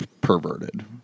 perverted